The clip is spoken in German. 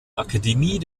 akademie